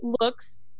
looks